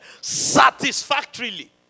satisfactorily